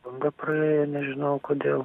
banga praėjo nežinau kodėl